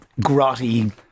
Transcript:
grotty